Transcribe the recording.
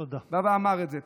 הוא אמר את זה.